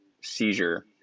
seizure